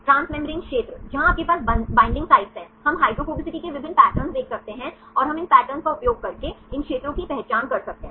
transmembrane क्षेत्र जहां आपके पास बंधन साइटें हैं हम हाइड्रोफोबिसिटी के विभिन्न पैटर्न देख सकते हैं और हम इन पैटर्नों का उपयोग करके इन क्षेत्रों की पहचान कर सकते हैं